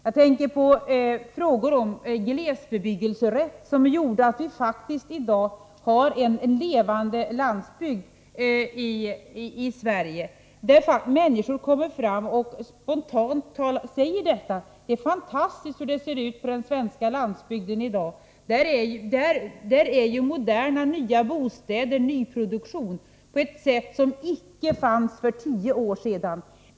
Jag tänker på den glesbebyggelserätt som har gjort att vi i dag faktiskt har en levande landsbygd i Sverige. Nu kommer människor fram och säger spontant: Det är fantastiskt hur det ser ut på den svenska landsbygden i dag! Där finns nyproducerade, moderna bostäder i en utsträckning som icke förekom för tio år sedan.